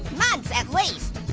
months at least,